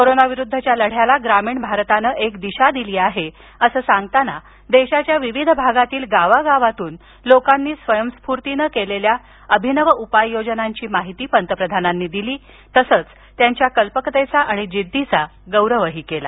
corona विरुद्धच्या लढ्याला ग्रामीण भारतानं एक दिशा दिली आहे असं सांगताना देशाच्या विविध भागातील गावागावांतून लोकांनी स्वयंस्फूर्तीनं केलेल्या अभिनव उपाययोजनांची माहिती पंतप्रधानांनी दिली तसंच त्यांच्या कल्पकतेचा आणि जिद्दीचा गौरवही केला